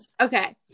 okay